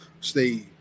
stay